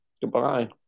Goodbye